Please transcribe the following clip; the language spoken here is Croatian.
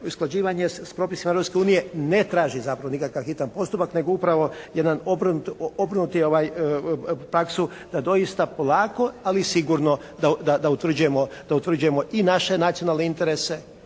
usklađivanje s propisima Europske unije ne traži zapravo nikakav hitan postupak, nego upravo jedan obrnutu praksu da doista polako ali sigurno da utvrđujemo i naše nacionalne interese.